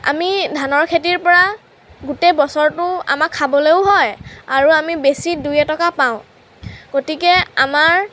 আমি ধানৰ খেতিৰ পৰা গোটেই বছৰটো আমাৰ খাবলৈয়ো হয় আৰু আমি বেচি দুই এটকা পাওঁ গতিকে আমাৰ